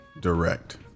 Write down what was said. direct